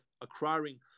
acquiring